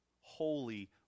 holy